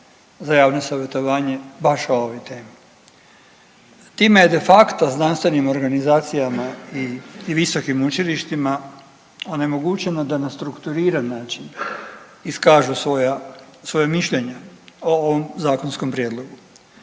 za javno savjetovanje baš o ovoj temi. Time je de facto znanstvenim organizacijama i visokim učilištima onemogućeno da na strukturiran način iskažu svoja mišljenja o ovom zakonskom prijedlogu.